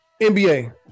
NBA